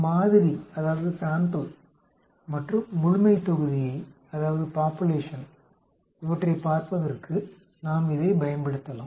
மாதிரி மற்றும் முழுமைத்தொகுதியைப் பார்ப்பதற்கு நாம் இதைப் பயன்படுத்தலாம்